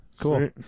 Cool